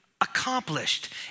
accomplished